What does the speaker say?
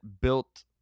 built